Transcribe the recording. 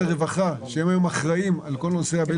הרווחה שהם אחראיים על כל נושא הבדואים.